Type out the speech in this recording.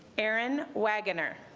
aaron waggoner